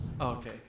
okay